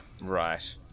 Right